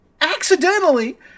accidentally